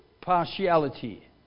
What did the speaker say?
partiality